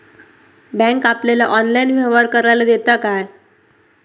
Bank आपल्याला online व्यवहार करायला देता काय?